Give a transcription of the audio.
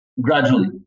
gradually